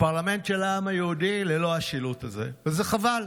הפרלמנט של העם היהודי ללא השילוט הזה, וזה חבל.